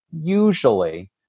usually